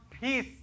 peace